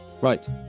right